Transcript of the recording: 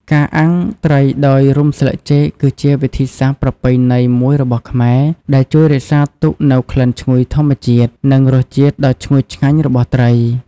ការអាំងត្រីដោយរុំស្លឹកចេកគឺជាវិធីសាស្ត្រប្រពៃណីមួយរបស់ខ្មែរ ដែលជួយរក្សាទុកនូវក្លិនឈ្ងុយធម្មជាតិ និងរសជាតិដ៏ឈ្ងុយឆ្ងាញ់របស់ត្រី។